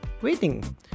waiting